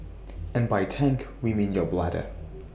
and by tank we mean your bladder